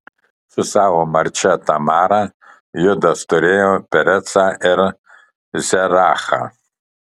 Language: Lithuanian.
su savo marčia tamara judas turėjo perecą ir zerachą